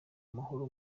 amahoro